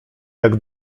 jak